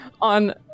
On